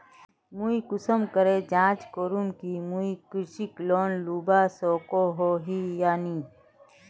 मुई कुंसम करे जाँच करूम की मुई कृषि लोन लुबा सकोहो ही या नी?